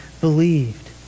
believed